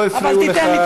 לא הפריעו לך,